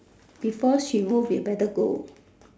before she move you better go